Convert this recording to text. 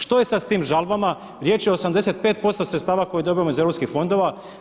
Što je sad sa tim žalbama, riječ je o 85% sredstava koje dobivamo iz europskih fondova?